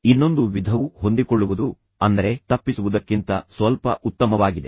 ಇನ್ನೊಂದು ವಿಧವು ಹೊಂದಿಕೊಳ್ಳುವುದು ಅಂದರೆ ತಪ್ಪಿಸುವುದಕ್ಕಿಂತ ಸ್ವಲ್ಪ ಉತ್ತಮವಾಗಿದೆ